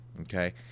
Okay